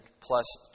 plus